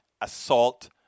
assault